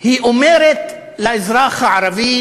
היא אומרת לאזרח הערבי